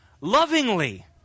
lovingly